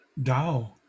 dao